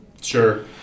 Sure